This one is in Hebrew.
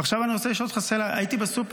עכשיו אני רוצה לשאול אותך שאלה: הייתי בסופר,